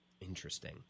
Interesting